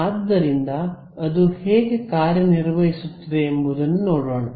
ಆದ್ದರಿಂದ ಅದು ಹೇಗೆ ಕಾರ್ಯನಿರ್ವಹಿಸುತ್ತದೆ ಎಂಬುದನ್ನು ನೋಡೋಣ